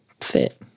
fit